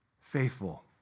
faithful